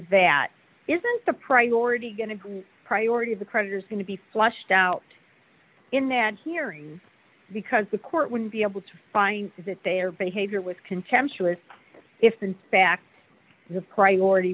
that isn't the priority going to be a priority of the creditors going to be flushed out in that hearing because the court wouldn't be able to find that their behavior was contemptuous if in fact the priority